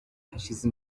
hashize